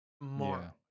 more